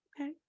Okay